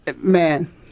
Man